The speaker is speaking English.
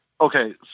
Okay